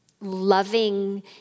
loving